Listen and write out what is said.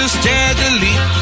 steadily